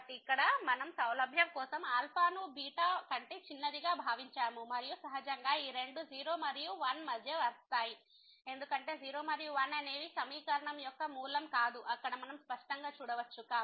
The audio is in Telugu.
కాబట్టి ఇక్కడ మనం సౌలభ్యం కోసం నుకంటే చిన్నదిగా భావించాము మరియు సహజంగా ఈ రెండూ 0 మరియు 1 మధ్య వస్తాయి ఎందుకంటే 0 మరియు 1 అనేవి సమీకరణం యొక్క మూలం కాదు అక్కడ మనం స్పష్టంగా చూడవచ్చు